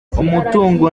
umutungo